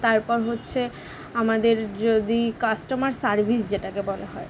তারপর হচ্ছে আমাদের যদি কাস্টোমার সার্ভিস যেটাকে বলা হয়